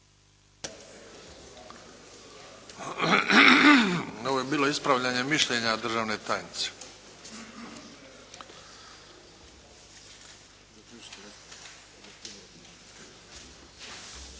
Ovo je bilo ispravljanje mišljenja državne tajnice.